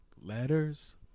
Letters